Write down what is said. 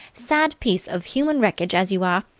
sad piece of human wreckage as you are,